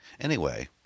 Anyway